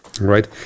right